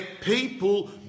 people